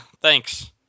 thanks